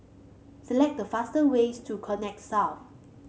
select the fastest ways to Connexis South